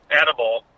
edible